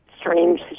strange